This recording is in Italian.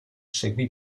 seguì